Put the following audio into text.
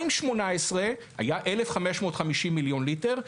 ב-2018 היו 1,550 מיליון ליטר,